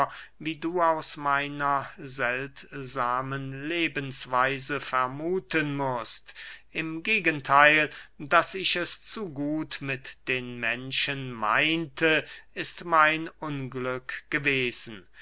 wie du aus meiner seltsamen lebensweise vermuthen mußt im gegentheil daß ich es zu gut mit den menschen meinte ist mein unglück gewesen